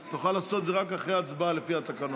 אתה תוכל לעשות את זה רק אחרי ההצבעה, לפי התקנון.